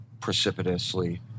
precipitously